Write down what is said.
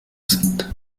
sind